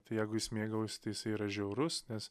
tai jeigu jis mėgaujasi tai jisai yra žiaurus nes